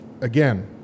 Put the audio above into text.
Again